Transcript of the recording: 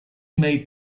made